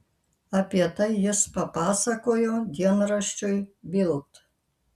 apie tai jis papasakojo dienraščiui bild